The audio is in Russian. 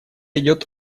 идет